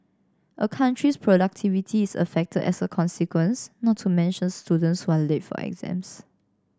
a country's productivity is affected as a consequence not to mention students who are late for exams